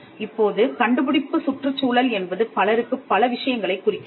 இப்போது கண்டுபிடிப்பு சுற்றுச்சூழல் என்பது பலருக்குப் பல விஷயங்களைக் குறிக்கிறது